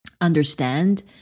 understand